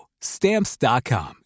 Stamps.com